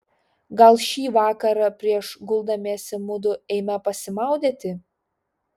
gal šį vakarą prieš guldamiesi mudu eime pasimaudyti